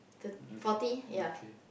okay okay